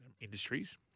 industries